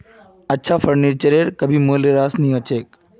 अच्छा फर्नीचरेर कभी मूल्यह्रास नी हो छेक